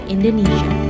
Indonesia